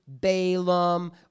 Balaam